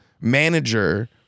manager